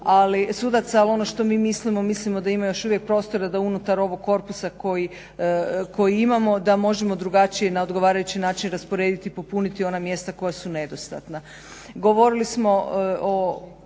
ali ono što mi mislimo, mislimo da još uvijek ima prostora da unutar ovog korpusa koji imamo da možemo drugačije i na odgovarajući način rasporediti i popuniti ona mjesta koja su nedostatna.